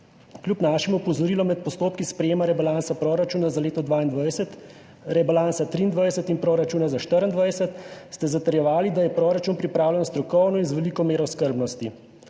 Kljub našim opozorilom med postopki sprejema rebalansa proračuna za leto 2022, rebalansa 2023 in proračuna za 2024 ste zatrjevali, da je proračun pripravljen strokovno in z veliko mero skrbnosti.